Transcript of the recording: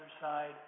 side